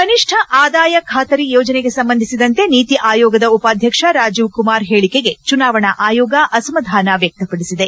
ಕನಿಷ್ಠ ಆದಾಯ ಖಾತರಿ ಯೋಜನೆಗೆ ಸಂಬಂಧಿಸಿದಂತೆ ನೀತಿ ಆಯೋಗದ ಉಪಾಧ್ವಕ್ಷ ರಾಜೀವ್ ಕುಮಾರ್ ಪೇಳಿಕೆಗೆ ಚುನಾವಣಾ ಆಯೋಗ ಅಸಮಾಧಾನ ವ್ಯಕ್ತಪಡಿಸಿದೆ